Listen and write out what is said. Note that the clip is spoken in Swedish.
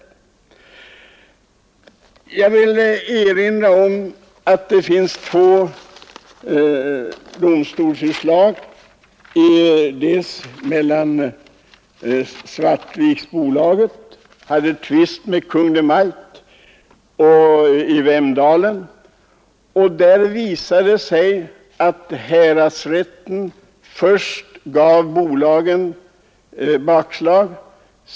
Svartviksbolaget i Vemdalen hade tvist med Kungl. Maj:t, men det finns flera domstolsutslag. Det visade sig att häradsrätten gav bolaget en del bakslag.